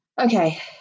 Okay